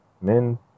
men